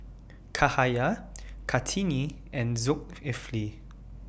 Cahaya Kartini and Zulkifli